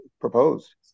proposed